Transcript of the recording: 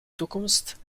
toekomst